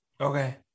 okay